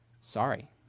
sorry